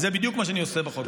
וזה בדיוק מה שאני עושה בחוק הזה.